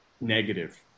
negative